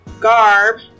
Garb